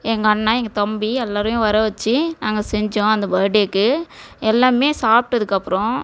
எங்கள் அண்ணா எங்கள் தம்பி எல்லாேரையும் வர வச்சு நாங்கள் செஞ்சோம் அந்த பர்த் டேவுக்கு எல்லாேருமே சாப்பிட்டதுக்கு அப்புறம்